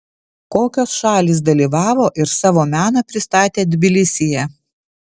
kokios šalys dalyvavo ir savo meną pristatė tbilisyje